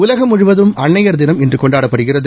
உலகம் முழுவதும் அன்னையர் தினம் இன்று கொண்டாடப்படுகிறது